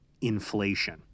inflation